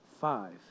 five